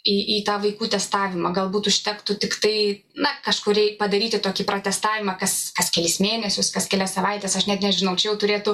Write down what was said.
į į tą vaikų testavimą galbūt užtektų tiktai na kažkurį padaryti tokį pratestavimą kas kelis mėnesius kas kelias savaites aš net nežinau čia jau turėtų